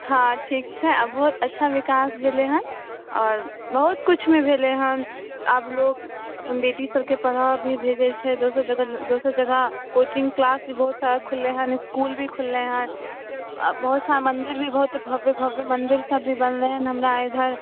हँ ठीक छै आओर बहुत अच्छा विकास भेलै हँ आओर बहुत किछुमे भेलै हँ आब लोक अपन बेटी सबके पढ़ऽ भी भेजै छै दोसर जगह दोसर जगह कोचिङ्ग किलास भी बहुत सारा खुललै हँ इसकुल भी खुललै हँ आओर बहुत सारा मन्दिर भी बहुत भव्य भव्य मन्दिरसब भी बनलै हँ हमरा इधर